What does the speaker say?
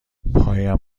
پایم